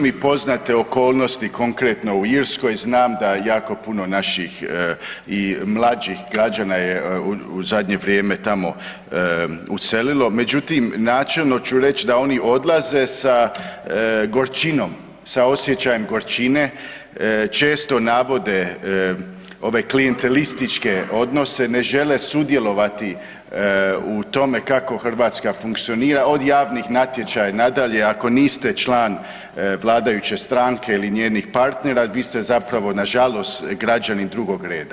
Nisu mi poznate okolnosti konkretno u Irskoj, znam da jako puno naših i mlađih građana je u zadnje vrijeme tamo uselilo, međutim načelno ću reći da oni odlaze sa gorčinom, sa osjećajem gorčine, često navode ove klijentelističke odnose, ne žele sudjelovati u tome kako Hrvatska funkcionira, od javnih natječaja nadalje, ako niste član vladajuće stranke ili njenih partnera, vi ste zapravo nažalost građanin drugog reda.